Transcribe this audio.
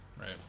Right